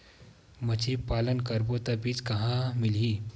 मछरी पालन करबो त बीज कहां मिलही?